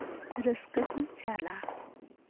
ᱨᱟᱹᱥᱠᱟᱹ ᱠᱚ ᱪᱟᱞᱼᱟ